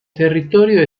territorio